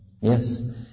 Yes